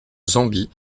zambie